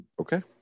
Okay